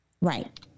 Right